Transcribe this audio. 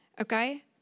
Okay